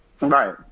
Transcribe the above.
Right